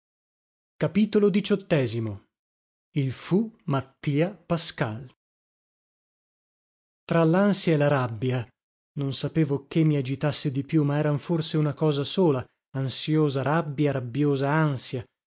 e l fu mattia pascal tra lansia e la rabbia non sapevo che mi agitasse di più ma eran forse una cosa sola ansiosa rabbia rabbiosa ansia